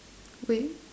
wait